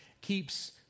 keeps